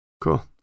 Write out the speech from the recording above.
Cool